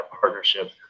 partnership